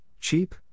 cheap